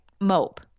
mope